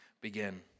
begin